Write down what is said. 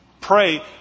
Pray